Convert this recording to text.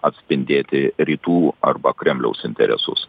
atspindėti rytų arba kremliaus interesus